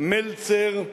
מלצר,